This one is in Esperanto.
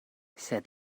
sed